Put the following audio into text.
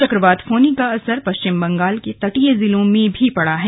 चक्रवात फोनी का असर पश्चिम बंगाल के तटीय जिलों में भी पड़ा है